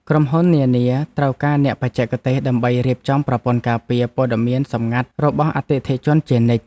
ក្រុមហ៊ុននានាត្រូវការអ្នកបច្ចេកទេស ដើម្បីរៀបចំប្រព័ន្ធការពារព័ត៌មានសម្ងាត់របស់អតិថិជនជានិច្ច។